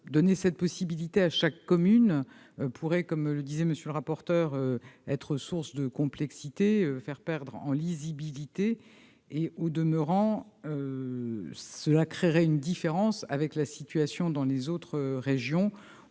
Donner cette possibilité à chaque commune pourrait, comme vient de le dire M. le rapporteur, être source de complexité et faire perdre en lisibilité. Au demeurant, cela créerait une différence avec la situation des autres régions,